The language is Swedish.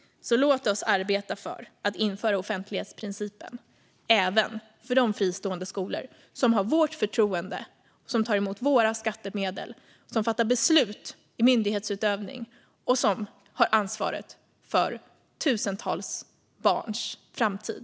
Låt oss arbeta för att införa offentlighetsprincipen även för de fristående skolor som har vårt förtroende, tar emot våra skattemedel, fattar beslut i myndighetsutövning och har ansvaret för tusentals barns framtid.